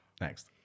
Next